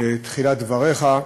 בתחילת דבריך,